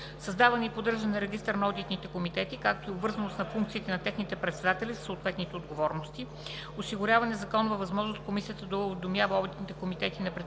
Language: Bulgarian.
създаване и поддържане на регистър на одитните комитети, както и обвързаност на функциите на техните председатели със съответните отговорности; - осигуряване на законова възможност Комисията да уведомява одитните комитети на предприятията